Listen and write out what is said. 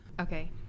Okay